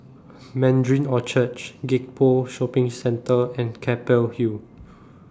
Mandarin Orchard Gek Poh Shopping Centre and Keppel Hill